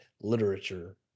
literature